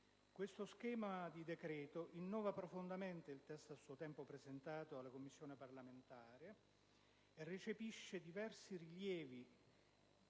Questo schema di decreto legislativo innova profondamente il testo a suo tempo presentato alla Commissione parlamentare e recepisce diversi rilievi